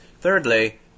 Thirdly